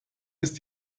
ist